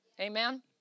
Amen